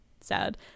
Sad